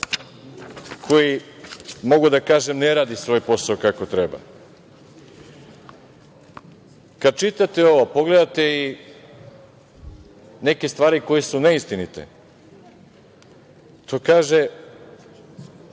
koji, mogu da kažem, ne radi svoj posao kako treba. Kad čitate ovo, pogledate i neke stvari koje su neistinite. Kaže